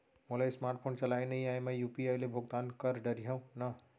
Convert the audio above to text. मोला smart phone चलाए नई आए मैं यू.पी.आई ले भुगतान कर डरिहंव न?